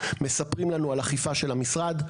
מספרים לנו על אכיפה של המשרד,